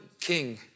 king